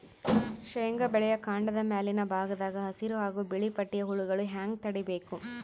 ಶೇಂಗಾ ಬೆಳೆಯ ಕಾಂಡದ ಮ್ಯಾಲಿನ ಭಾಗದಾಗ ಹಸಿರು ಹಾಗೂ ಬಿಳಿಪಟ್ಟಿಯ ಹುಳುಗಳು ಹ್ಯಾಂಗ್ ತಡೀಬೇಕು?